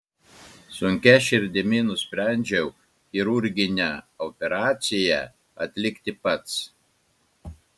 sunkia širdimi nusprendžiau chirurginę operaciją atlikti pats